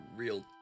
Real